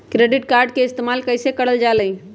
Credit card के इस्तेमाल कईसे करल जा लई?